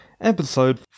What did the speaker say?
episode